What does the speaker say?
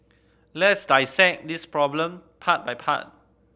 let's dissect this problem part by part